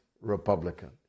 Republican